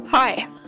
Hi